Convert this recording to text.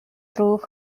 through